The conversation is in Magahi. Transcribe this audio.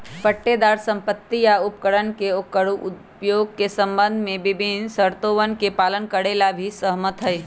पट्टेदार संपत्ति या उपकरण के ओकर उपयोग के संबंध में विभिन्न शर्तोवन के पालन करे ला भी सहमत हई